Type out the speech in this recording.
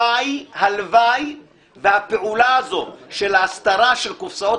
הלוואי שהפעולה הזאת של ההסתרה של קופסאות